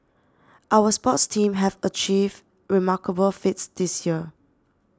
our sports teams have achieved remarkable feats this year